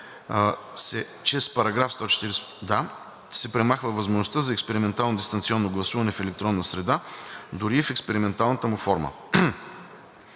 на Изборния кодекс се премахва възможността за експериментално дистанционно гласуване в електронна среда, дори и в експерименталната му форма.